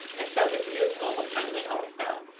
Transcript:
and so this is mobile-friendly also.